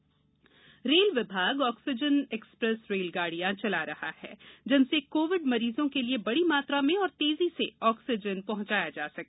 oxygen express rail विभाग oxygen express रेलगाडियां चला रहा है जिनसे कोविड मरीजों के लिए बड़ी मात्रा में और तेजी से ऑक्सीजन पहुंचाई जा सके